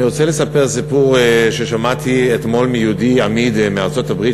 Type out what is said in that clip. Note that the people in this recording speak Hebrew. אני רוצה לספר סיפור ששמעתי אתמול מיהודי אמיד מארצות-הברית,